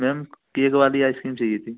ma'am cake वाली ice cream चाहिए थी